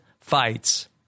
fights